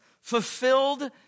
fulfilled